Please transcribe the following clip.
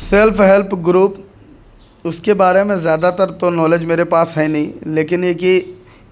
self help group اس کے بارے میں زیادہ تر تو نالج میرے پاس ہے نہیں لیکن ایک یہ